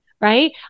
right